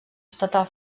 estatal